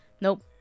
Nope